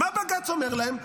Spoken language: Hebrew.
מה בג"ץ אומר להם?